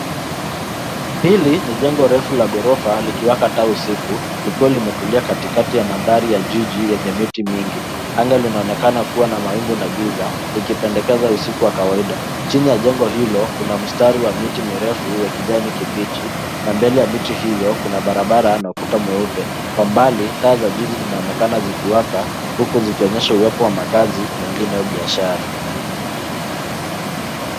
Hili ni jengo refu la ghorofa likiwaka taa usiku, likiwa limetulia katikati ya mandhari ya jiji yenye miti mingi. Anga linaonekana kuwa na mawingu na giza, likipendekeza usiku wa kawaida. Chini ya jengo hilo kuna mstari ya miti mirefu ya kijani kibichi, na mbele ya miti hiyo kuna barabara na ukuta mweupe. Kwa mbali taa za jizi zimeonekana zikiwaka huku zikionyesha uwepo wa makazi na ingine au biashara.